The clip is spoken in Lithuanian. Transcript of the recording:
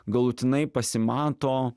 galutinai pasimato